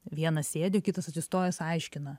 vienas sėdi o kitas atsistojęs aiškina